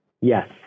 Yes